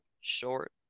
Short